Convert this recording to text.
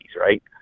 right